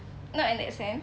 not in that sense